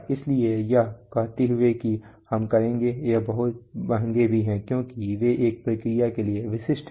इसलिए यह कहते हुए कि हम करेंगे वे बहुत महंगे भी हैं क्योंकि वे एक प्रक्रिया के लिए विशिष्ट हैं